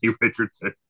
Richardson